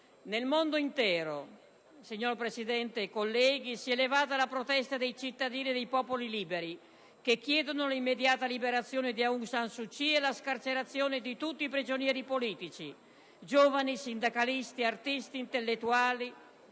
Nel mondo intero, signor Presidente e colleghi, si è levata la protesta dei cittadini dei popoli liberi che chiedono l'immediata liberazione di Aung San Suu Kyi e la scarcerazione di tutti i prigionieri politici, giovani, sindacalisti, artisti e intellettuali,